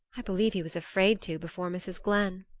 i believe he was afraid to before mrs. glenn.